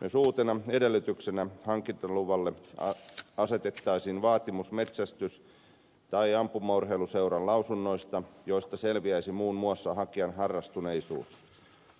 myös uutena edellytyksenä hankintaluvalle asetettaisiin vaatimus metsästys tai ampumaurheiluseuran lausunnoista joista selviäisi muun muassa hakijan harrastuneisuus